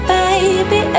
baby